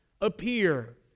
appear